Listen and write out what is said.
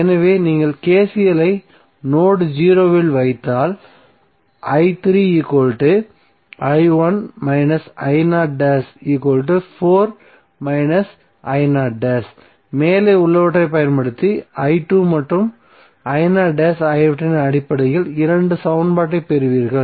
எனவே நீங்கள் KCL ஐ நோடு 0 இல் வைத்தால் மேலே உள்ளவற்றைப் பயன்படுத்தி மற்றும் ஆகியவற்றின் அடிப்படையில் 2 சமன்பாட்டைப் பெறுவீர்கள்